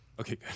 Okay